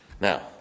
Now